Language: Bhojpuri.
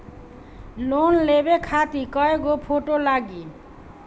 लोन लेवे खातिर कै गो फोटो लागी?